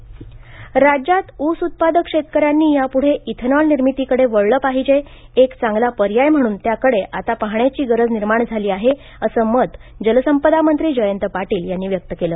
ethanol Sangli PTC राज्यात ऊस उत्पादक शेतकऱ्यांनी यापुढे इथेनॉल निर्मितीकडे वळलं पाहिजे एक चांगला पर्याय म्हणून त्याकडे आता पाहण्याची गरज निर्माण झाली आहे असं मत जलसंपदामंत्री जयंत पाटील यांनी व्यक्त केले